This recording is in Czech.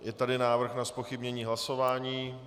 Je tady návrh na zpochybnění hlasování.